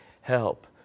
help